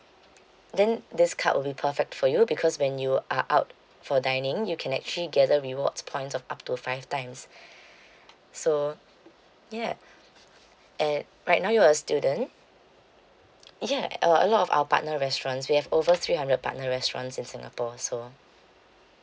then this card will be perfect for you because when you are out for dining you can actually gather rewards points of up to five times so yup and right now you are a student yeah uh a lot of our partner restaurants we have over three hundred partner restaurants in singapore so